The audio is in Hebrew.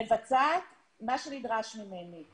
מבצעת מה שנדרש ממני.